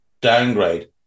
downgrade